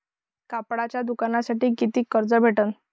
कापडाच्या दुकानासाठी कितीक कर्ज भेटन?